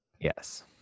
Yes